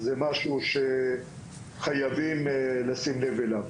זה משהו שחייבים לשים לב אליו.